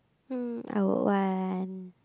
um I would want